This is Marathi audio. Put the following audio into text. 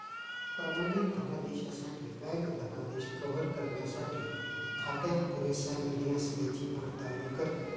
प्रमाणित धनादेशासाठी बँक धनादेश कव्हर करण्यासाठी खात्यात पुरेसा निधी असल्याची पडताळणी करते